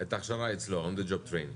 את ההכשרה אצלו, on the job training,